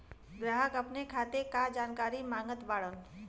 ग्राहक अपने खाते का जानकारी मागत बाणन?